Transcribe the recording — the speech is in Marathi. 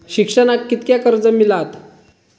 शिक्षणाक कीतक्या कर्ज मिलात?